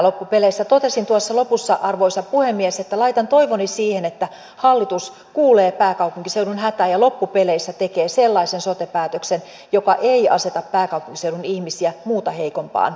totesin tuossa lopussa arvoisa puhemies että laitan toivoni siihen että hallitus kuulee pääkaupunkiseudun hätää ja loppupeleissä tekee sellaisen sote päätöksen joka ei aseta pääkaupunkiseudun ihmisiä muita heikompaan tilanteeseen